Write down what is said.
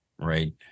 right